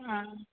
हाँ